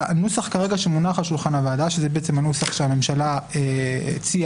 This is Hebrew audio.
הנוסח שמונח כרגע על שולחן הוועדה זה הנוסח שהממשלה הציעה,